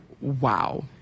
wow